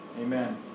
amen